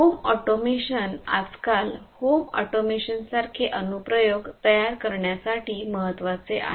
home automation आज काल home automation सारखे अनुप्रयोग तयार करण्यासाठी महत्वाचे आहे